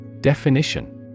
Definition